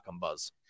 buzz